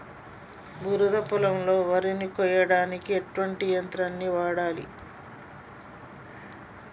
బురద పొలంలో వరి కొయ్యడానికి ఎటువంటి యంత్రాన్ని వాడాలి?